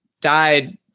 died